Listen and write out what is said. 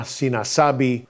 sinasabi